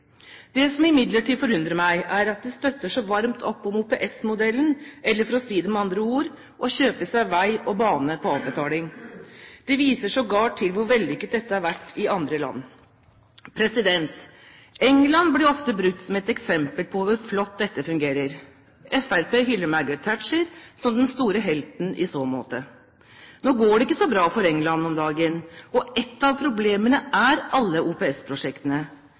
Det som imidlertid forundrer meg, er at de støtter så varmt opp om OPS-modellen – eller for å si det med andre ord: å kjøpe seg vei og bane på avbetaling. De viser sågar til hvor vellykket dette har vært i andre land. Storbritannia blir ofte brukt som et eksempel på hvor flott dette fungerer. Fremskrittspartiet hyller Margaret Thatcher som den store helten i så måte. Nå går det ikke så bra for Storbritannia om dagen, og ett av problemene er alle